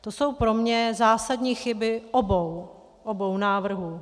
To jsou pro mě zásadní chyby obou, obou návrhů.